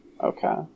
Okay